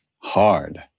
hard